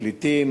פליטים,